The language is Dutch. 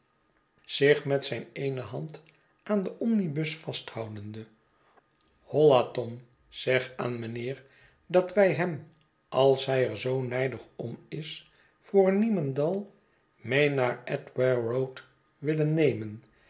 zich met zijn eene hand aan den omnibus vasthoudende holla tom zeg aan meneer dat wij hem als hij er zoo nijdig om is voorniemendal mee naar ed ge war e road willen nemen